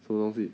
什么东西